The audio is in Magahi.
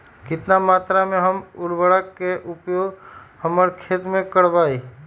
कितना मात्रा में हम उर्वरक के उपयोग हमर खेत में करबई?